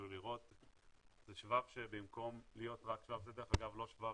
זה שבב שבמקום להיות רק שבב,